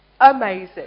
amazing